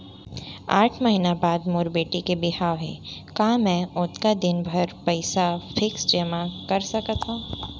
आठ महीना बाद मोर बेटी के बिहाव हे का मैं ओतका दिन भर पइसा फिक्स जेमा कर सकथव?